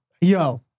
yo